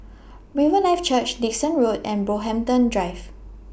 Riverlife Church Dickson Road and Brockhampton Drive